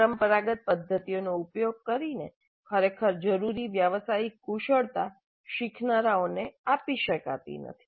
પરંપરાગત પદ્ધતિઓનો ઉપયોગ કરીને ખરેખર જરૂરી વ્યવસાયિક કુશળતા શીખનારાઓને આપી શકાતી નથી